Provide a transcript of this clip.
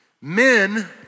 Men